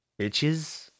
bitches